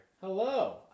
Hello